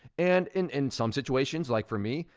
and in in some situations like for me,